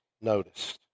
noticed